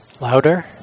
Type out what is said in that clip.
Louder